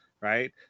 right